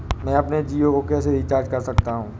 मैं अपने जियो को कैसे रिचार्ज कर सकता हूँ?